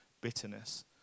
bitterness